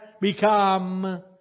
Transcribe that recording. become